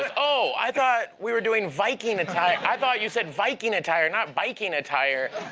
oh, i thought we were doing viking attire. i thought you said viking attire, not biking attire.